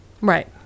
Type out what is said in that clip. right